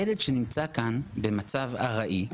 ילד שנמצא כאן במצב ארעי,